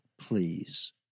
please